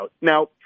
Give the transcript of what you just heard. Now